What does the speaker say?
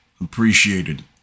appreciated